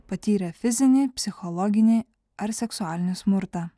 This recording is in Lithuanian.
patyrę fizinį psichologinį ar seksualinį smurtą